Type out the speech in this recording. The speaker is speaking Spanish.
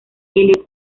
elliott